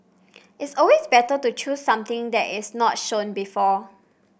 it's always better to choose something that is not shown before